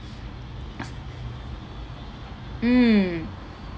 mm